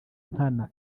nkana